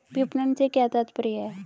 विपणन से क्या तात्पर्य है?